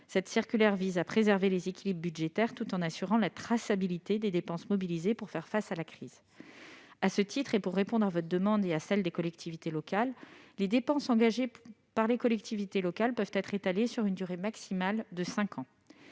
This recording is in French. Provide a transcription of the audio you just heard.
Cette circulaire vise à préserver les équilibres budgétaires tout en assurant la traçabilité des dépenses mobilisées pour faire face à la crise. À cet égard, et pour répondre à votre demande et à celle des collectivités locales, les dépenses engagées par les collectivités locales peuvent être étalées sur une durée maximale de cinq ans.